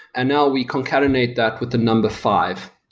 and now we concatenate that with a number five.